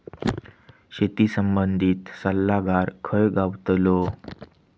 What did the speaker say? शेती संबंधित सल्लागार खय गावतलो?